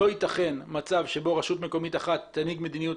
לא יתכן מצב שבו רשות מקומית אחת תנהיג מדיניות